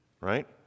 right